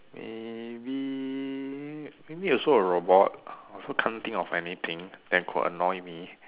maybe maybe also a robot I also can't think of anything that could annoy me